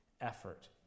effort